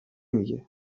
میگه